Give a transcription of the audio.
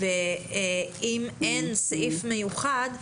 אם אין סעיף מיוחד,